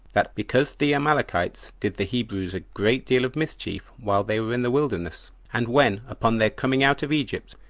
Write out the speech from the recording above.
that because the amalekites did the hebrews a great deal of mischief while they were in the wilderness, and when, upon their coming out of egypt,